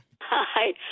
Hi